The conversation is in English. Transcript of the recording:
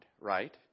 right